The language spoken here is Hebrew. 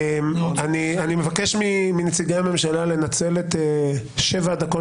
אני מבקש מנציגי הממשלה לנצל את 7 הדקות